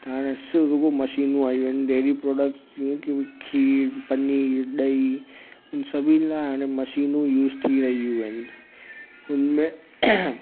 त हाणे सू रुॻो मशीनूं आयूं आहिनि डेरी प्रोडक्टस जंहिंमें कंहिंमें खीरु पनीर ॾही सभिनि लाइ हाणे मशीनूं यूस थी रहियूं आहिनि हुन में